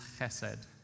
chesed